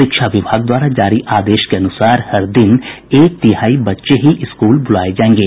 शिक्षा विभाग द्वारा जारी आदेश के अनुसार हर दिन एक तिहाई बच्चे ही स्कूल बुलाये जायेंगे